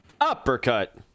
uppercut